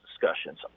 discussions